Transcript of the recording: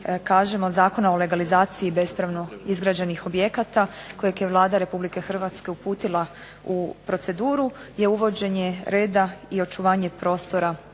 Zakona o legalizaciji bespravno izgrađenih objekata kojeg je Vlada Republike Hrvatske uputila u proceduru je uvođenje reda i očuvanje prostora